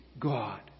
God